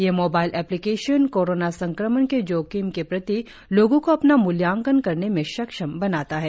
यह mobile application corona संक्रमण के जोखिम के प्रति लोगों को अपना मूल्यांकन करने में सक्षम बनाता है